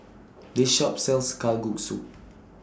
This Shop sells Kalguksu